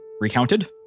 recounted